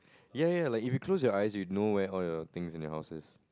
ya ya like if you close your eyes you know where all your things in your houses